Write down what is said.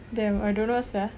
damn I don't know what's sir